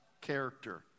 character